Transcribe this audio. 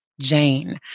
Jane